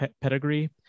pedigree